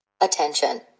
Attention